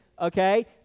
Okay